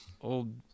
old